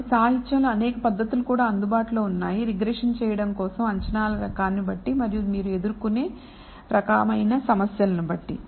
కాబట్టిసాహిత్యంలో అనేక పద్ధతులు కూడా అందుబాటులో ఉన్నాయి రిగ్రెషన్ చేయడం కోసం అంచనాల రకాన్ని బట్టి మరియు మీరు ఎదుర్కొనే రకమైన సమస్యలను బట్టి